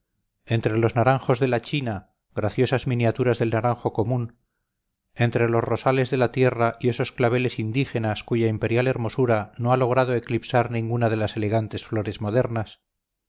entre los naranjos de la china graciosas miniaturas del naranjo común entre los rosales de la tierra y esos claveles indígenas cuya imperial hermosura no ha logrado eclipsar ninguna de las elegantes flores modernas